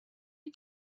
you